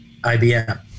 IBM